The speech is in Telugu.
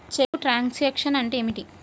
చెక్కు ట్రంకేషన్ అంటే ఏమిటి?